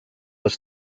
was